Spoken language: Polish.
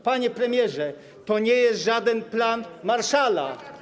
Panie premierze, to nie jest żaden plan Marshalla.